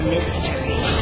Mystery